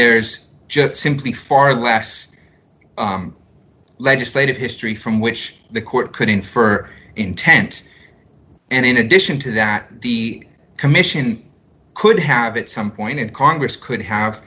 there's just simply far less legislative history from which the court could infer intent and in addition to that the commission could have at some point and congress could have